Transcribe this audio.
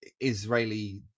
Israeli